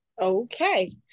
Okay